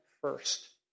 first